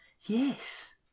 yes